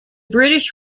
british